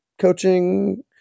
coaching